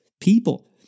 people